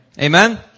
Amen